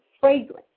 fragrance